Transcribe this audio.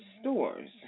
stores